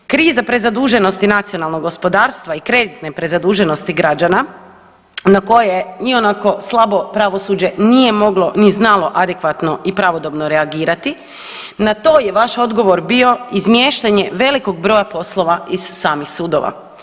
Kriza prezaduženosti nacionalnog gospodarstva i kreditne prezaduženosti građana na koje ionako slabo pravosuđe nije moglo ni znalo adekvatno i pravodobno reagirati, na to je vaš odgovor bio izmještanje velikog broja poslova iz samih sudova.